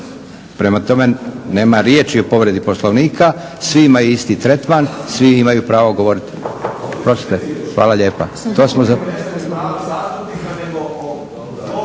Prema tome, nema riječi o povredi Poslovnika. Svi imaju isti tretman, svi imaju pravo govoriti.